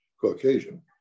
Caucasian